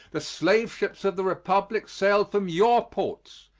the slave-ships of the republic sailed from your ports,